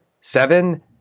seven